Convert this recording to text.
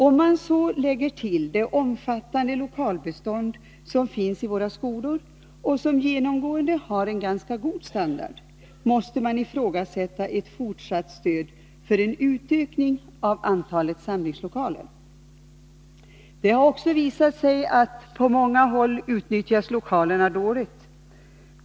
Om man så lägger till det omfattande lokalbestånd som finns i våra skolor och som genomgående har ganska god standard, måste man ifrågasätta ett fortsatt stöd för en utökning av antalet samlingslokaler. Det har också visat sig att på många håll utnyttjas lokalerna dåligt.